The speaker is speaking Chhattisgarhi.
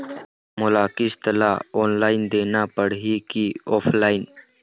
मोला किस्त ला ऑनलाइन देना पड़ही की ऑफलाइन?